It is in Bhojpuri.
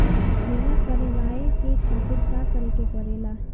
बीमा करेवाए के खातिर का करे के पड़ेला?